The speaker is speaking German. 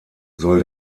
soll